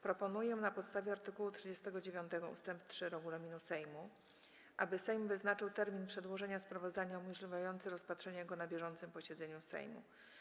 Proponuję, na podstawie art. 39 ust. 3 regulaminu Sejmu, aby Sejm wyznaczył termin przedłożenia sprawozdania umożliwiający rozpatrzenie go na bieżącym posiedzeniu Sejmu.